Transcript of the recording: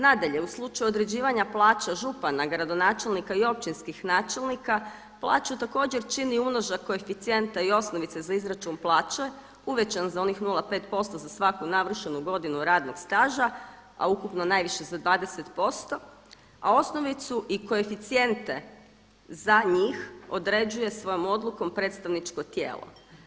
Nadalje, u slučaju određivanja plaća župana, gradonačelnika i općinskih načelnika plaću također čini umnožak koeficijenta i osnovice za izračun plaće uvećan za onih 0,5% za svaku navršenu godinu radnog staža a ukupno najviše za 20% a osnovicu i koeficijente za njih određuje svojom odlukom predstavničko tijelo.